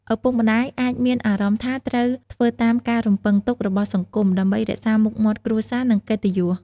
ឪពុកម្ដាយអាចមានអារម្មណ៍ថាត្រូវធ្វើតាមការរំពឹងទុករបស់សង្គមដើម្បី រក្សាមុខមាត់គ្រួសារ និងកិត្តិយស។